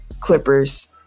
Clippers